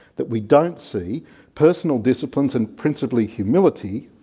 that we don't see personal disciplines and principally humility,